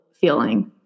feeling